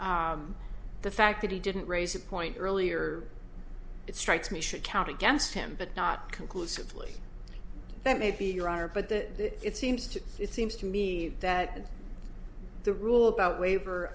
the fact that he didn't raise a point earlier it strikes me should count against him but not conclusively that maybe you are but the it seems to it seems to me that the rule about waiver